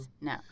No